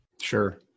Sure